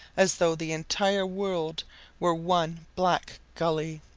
as though the entire world were one black gully.